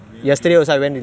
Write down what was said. she ask you do how many times